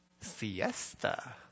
siesta